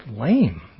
lame